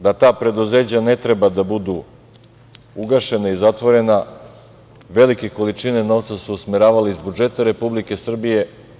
Pod izgovorom da ta preduzeća ne treba da budu ugašena i zatvorena velike količine novca su usmeravali iz budžeta Republike Srbije.